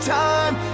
time